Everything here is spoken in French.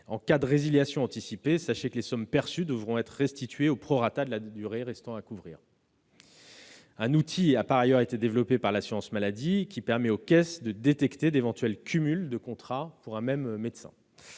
En cas de résiliation anticipée, sachez que les sommes perçues devront être restituées au prorata de la durée restant à couvrir. Un outil a par ailleurs été développé par l'assurance maladie, permettant aux caisses de détecter d'éventuels cumuls de contrats pour un même médecin.